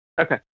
Okay